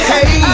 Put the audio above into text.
Hey